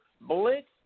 Blitz